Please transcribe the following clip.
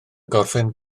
gorffen